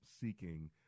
seeking